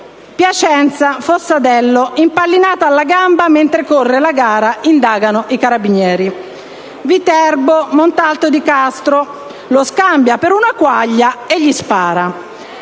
«Piacenza - Fossadello: impallinata alla gamba mentre corre la gara, indagano i Carabinieri». «Viterbo - Montalto di Castro. Lo scambia per una quaglia e gli spara».